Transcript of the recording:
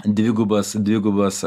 dvigubas dvigubas